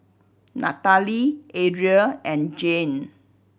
Nataly Adriel and Jane